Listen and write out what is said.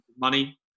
money